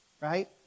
right